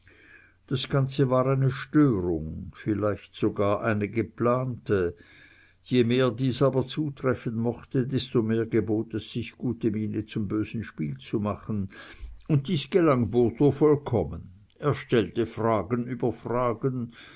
das ganze war eine störung vielleicht sogar eine geplante je mehr dies aber zutreffen mochte desto mehr gebot es sich gute miene zum bösen spiel zu machen und dies gelang botho vollkommen er stellte fragen über fragen